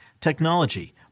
technology